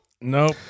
Nope